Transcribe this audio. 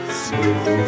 smooth